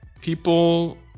People